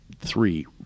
three